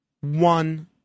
one